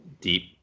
deep